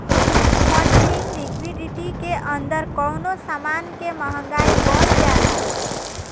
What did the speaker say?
funding liquidity के अंदर कवनो समान के महंगाई बढ़ जाला